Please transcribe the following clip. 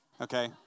okay